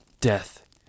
death